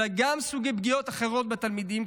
אולם גם סוגי פגיעות אחרות בתלמידים,